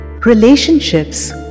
relationships